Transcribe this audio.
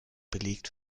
belegt